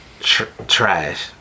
Trash